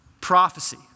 Prophecy